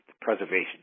preservation